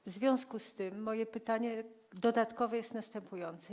W związku z tym moje pytanie dodatkowe jest następujące.